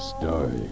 story